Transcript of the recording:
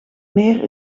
meer